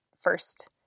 First